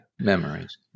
memories